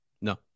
No